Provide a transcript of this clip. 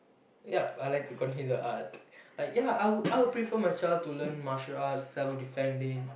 yup I like to continue the art I ya I would I would prefer my child to learn martial arts self defending